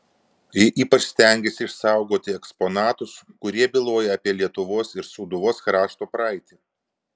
ji ypač stengėsi išsaugoti eksponatus kurie byloja apie lietuvos ir sūduvos krašto praeitį